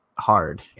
hard